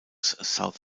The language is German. south